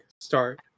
start